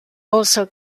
also